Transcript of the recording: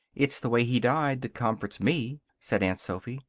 it's the way he died that comforts me, said aunt sophy.